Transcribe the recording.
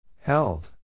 Held